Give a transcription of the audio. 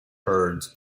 herds